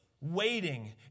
waiting